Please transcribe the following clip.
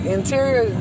Interior